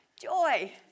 joy